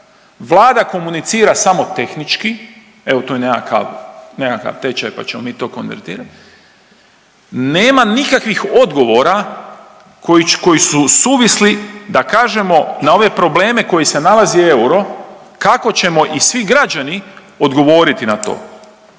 vlada komunicira samo tehnički evo to je nekakav tečaj pa ćemo mi to konvertirat, nema nikakvih odgovora koji su suvisli da kažemo na ove probleme koje se nalazi euro kako ćemo i svi građani odgovoriti na to.